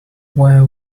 where